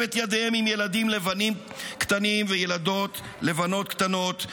את ידיהם עם ילדים לבנים קטנים וילדות לבנות קטנות,